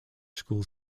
school